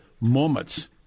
moments